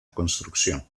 construcción